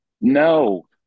No